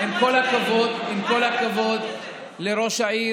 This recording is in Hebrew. עם כל הכבוד לראש העיר,